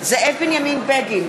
זאב בנימין בגין,